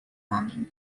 homem